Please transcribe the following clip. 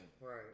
Right